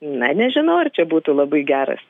na nežinau ar čia būtų labai geras